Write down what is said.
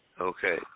Okay